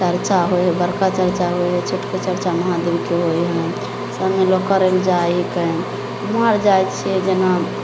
चरचा होइ हइ बड़का चरचा होइ हइ छोटको चरचा महादेवके होइ हइ सबमे लोक करैलए जाइ हिकै हमहूँ आर जाइ छिए जेना